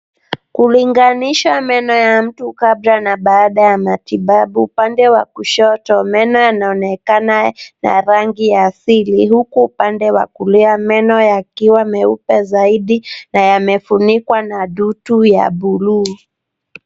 Kulinganisha meno ya baada ya matibabu. Pande w a kushoto meno yanaonekana ya rangi ya asili huku upande wa kulia meno yakiwa meupe zaidi na yamefunikwa na dutu ya buluu.